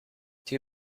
too